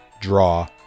draw